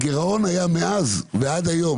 הגירעון היה מאז ועד היום,